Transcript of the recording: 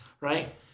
right